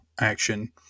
action